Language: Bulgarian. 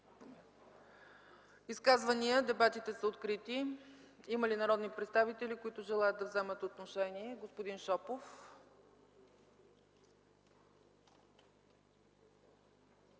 Изказвания? Дебатите са открити. Има ли народни представители, които желаят да вземат отношение? Господин Шопов.